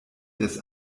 des